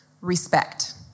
respect